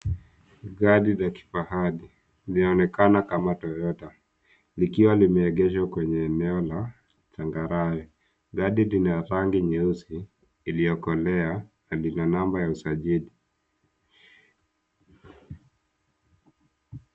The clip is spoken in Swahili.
Gari la kifahari linaonekana kama Toyota likiwa limeegeshwa kwenye eneo la chagarawe. Gari rina rangi nyeusi iliyokolea na lina namba ya usajili.